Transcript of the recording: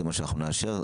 זה מה שאנחנו נאשר,